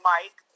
Mike